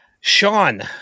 Sean